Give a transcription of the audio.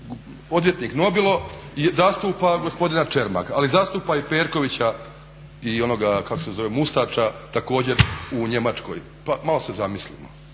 Odvjetnik Nobilo zastupa gospodina Čermaka, ali zastupa i Perkovića i Mustača također u Njemačkoj pa malo se zamislimo.